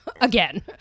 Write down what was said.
Again